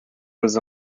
was